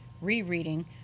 rereading